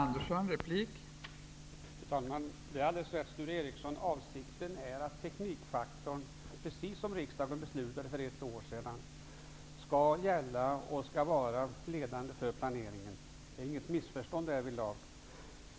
Fru talman! Det är alldeles rätt, Sture Ericson, att avsikten är att teknikfaktorn, precis som riksdagen beslutade för ett år sedan, skall gälla och vara ledande för planeringen. Det är inte något missförstånd därvidlag.